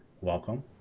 Welcome